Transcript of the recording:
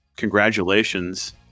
congratulations